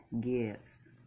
gives